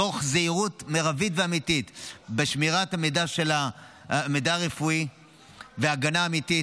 תוך זהירות מרבית ואמיתית בשמירת המידע הרפואי והגנה אמיתית.